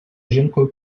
жінкою